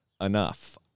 enough